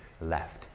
left